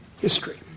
history